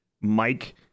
Mike